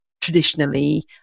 traditionally